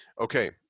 Okay